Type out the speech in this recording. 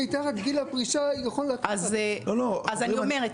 אז אני אומרת,